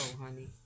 honey